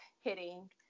hitting